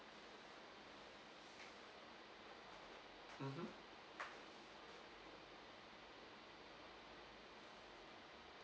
mmhmm